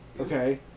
Okay